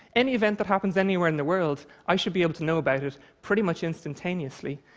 any event that happens anywhere in the world, i should be able to know about it pretty much instantaneously,